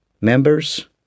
members